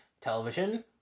television